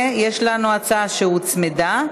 יש לנו הצעה שהוצמדה,